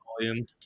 volume